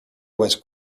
was